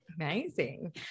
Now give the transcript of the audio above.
Amazing